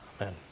Amen